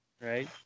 Right